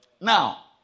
Now